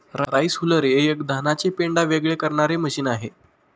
rice huller हे एक धानाचे पेंढा वेगळे करणारे मशीन आहे